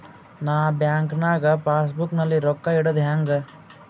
ನಾ ಬ್ಯಾಂಕ್ ನಾಗ passbook ನಲ್ಲಿ ರೊಕ್ಕ ಇಡುದು ಹ್ಯಾಂಗ್?